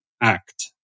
act